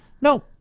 No